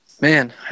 Man